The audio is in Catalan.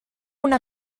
una